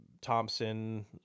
Thompson